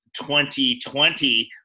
2020